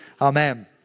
Amen